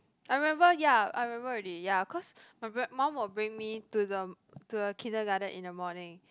I remember ya I remember already ya cause my mum will bring me to the to the kindergarten in the morning